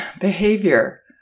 behavior